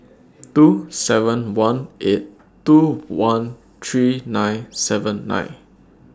two seven one eight two one three nine seven nine